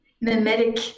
mimetic